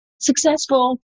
successful